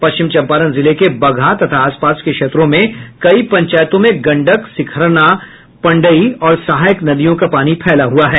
पश्चिम चंपारण जिले के बगहा तथा आस पास के क्षेत्रों में कई पंचायतों में गंडक सिकरहना पंडई और सहायक नदियों का पानी फैला हुआ है